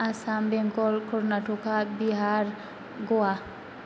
Assam Bengal Karnataka Bihar Goa